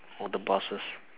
or the bosses